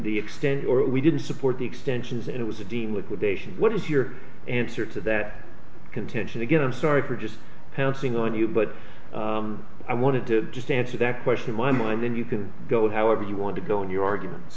the extent or we didn't support the extensions it was a deem liquidation what is your answer to that contention again i'm sorry for just pouncing on you but i wanted to just answer that question in my mind then you can go it however you want to go on your arguments